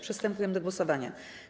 Przystępujemy do głosowania.